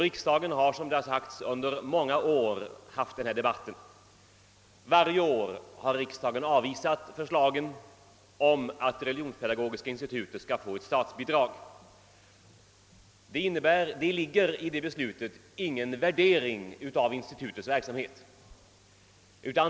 Riksdagen har, som det sagts, under många år diskuterat detta ärende. Varje år har riksdagen avvisat förslaget om att Religionspedagogiska institutet skall få statsbidrag. I det beslutet ligger ingen värdering av institutets verksam het.